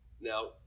Now